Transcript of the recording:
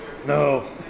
No